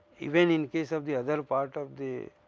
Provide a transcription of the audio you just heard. even in case of the other part of the,